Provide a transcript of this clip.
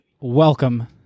welcome